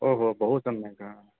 बहु सम्यक्